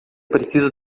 precisa